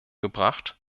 gebracht